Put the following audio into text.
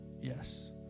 yes